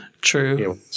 true